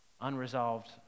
unresolved